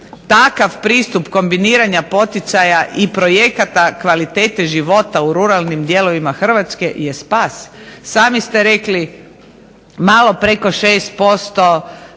takav pristup kombiniranja poticaja i projekata kvalitete života u ruralnim dijelovima Hrvatske je spas. Sami ste rekli, malo preko 6%